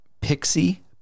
Pixie